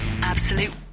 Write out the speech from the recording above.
Absolute